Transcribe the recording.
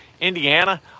Indiana